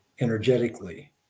energetically